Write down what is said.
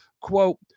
Quote